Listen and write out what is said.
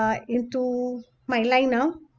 uh into my line now